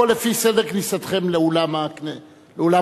הכול לפי סדר כניסתכם לאולם המליאה.